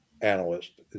analyst